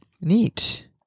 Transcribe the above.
Neat